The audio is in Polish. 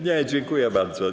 Nie, dziękuję bardzo.